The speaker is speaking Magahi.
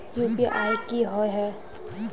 यु.पी.आई की होय है?